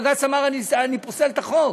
בג"ץ אמר: אני פוסל את החוק.